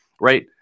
right